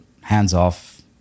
hands-off